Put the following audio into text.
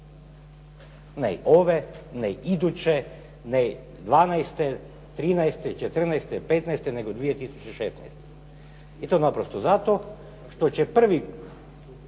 Ne ove, ne iduće, ne '12., '13., '14., '15.-te nego 2016. i to naprosto zato što će prvi